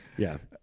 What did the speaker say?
yeah,